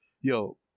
yo